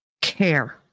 care